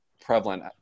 prevalent